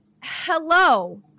hello